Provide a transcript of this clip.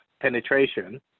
penetration